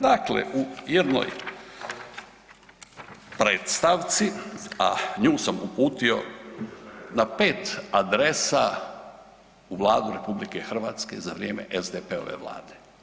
Dakle, u jednoj predstavci, a nju sam uputio na pet adresa u Vladu RH za vrijeme SDP-ove vlade.